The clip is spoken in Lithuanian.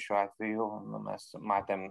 šiuo atveju mes matėm